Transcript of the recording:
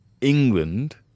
England